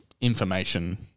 information